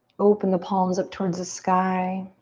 open the palms up towards the sky.